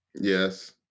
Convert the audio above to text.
Yes